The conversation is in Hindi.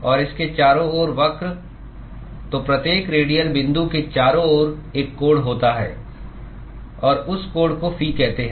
और इसके चारों ओर वक्र तो प्रत्येक रेडियल बिंदु के चारों ओर एक कोण होता है और उस कोण को फी कहते हैं